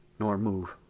nor move.